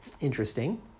interesting